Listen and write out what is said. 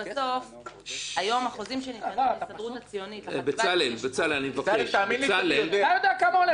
היום החוזים שניתנים- - אתה יודע כמה עולה בית?